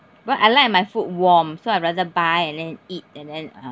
but I like my food warm so I rather buy and then eat and then uh